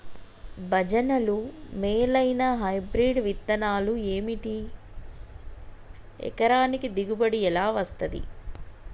భజనలు మేలైనా హైబ్రిడ్ విత్తనాలు ఏమిటి? ఎకరానికి దిగుబడి ఎలా వస్తది?